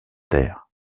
terre